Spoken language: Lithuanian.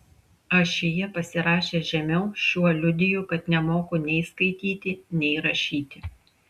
ašyje pasirašęs žemiau šiuo liudiju kad nemoku nei skaityti nei rašyti